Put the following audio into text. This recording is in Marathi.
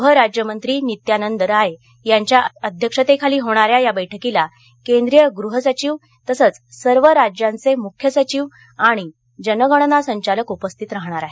गृह राज्यमंत्री नित्यानंद राय यांच्या अध्यक्षतेखाली होणाऱ्या या बैठकीला केंद्रीय गृह सचिव तसंच सर्व राज्यांचे मुख्य सचिव आणि जनगणना संचालक उपस्थित राहणार आहेत